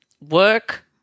work